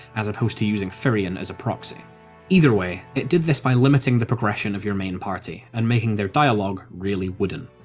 as opposed to using firion as a proxy either way, it did this by limiting the progression of your main party, and making their dialogue really wooden.